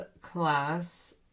class